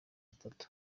atatu